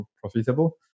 profitable